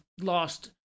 lost